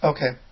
Okay